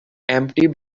empty